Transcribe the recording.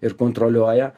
ir kontroliuoja